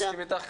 מסכים אתך.